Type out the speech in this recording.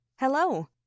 Hello